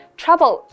trouble